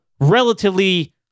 relatively